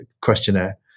questionnaire